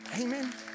Amen